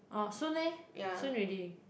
orh soon meh soon already